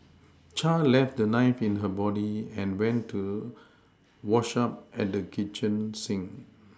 Char left the knife in her body and went to wash up at the kitchen sink